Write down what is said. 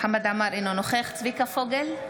חמד עמאר, אינו נוכח צביקה פוגל,